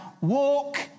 walk